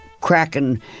cracking